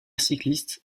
cycliste